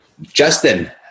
Justin